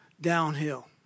downhill